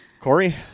Corey